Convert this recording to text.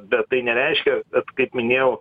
bet tai nereiškia kad kaip minėjau